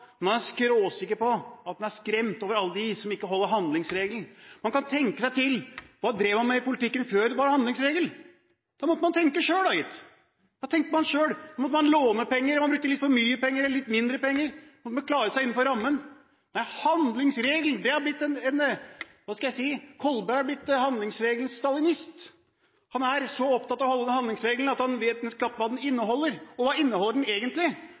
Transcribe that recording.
Man kan tenke seg til: Hva drev man med i politikken før det var handlingsregel? Da måtte man tenke selv, da gitt. Da tenkte man selv, og man måtte låne penger, og man brukte litt for mye penger eller litt mindre penger. Man måtte klare seg innenfor rammen. Men handlingsregelen – hva skal jeg si? Kolberg er blitt handlingsregelens stalinist. Han er så opptatt av å holde handlingsregelen at han vet knapt hva den inneholder. Og hva inneholder den egentlig?